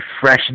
fresh